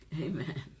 Amen